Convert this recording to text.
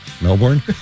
Melbourne